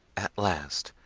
at last,